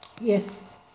Yes